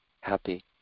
happy